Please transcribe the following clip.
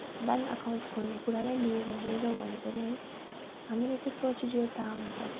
bank account खोल्ने कुरालाई लिएर हेऱ्यौँ भने पनि है हामीलाई त्यो प्रोसिडियुर थाहा हुन्छ